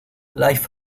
life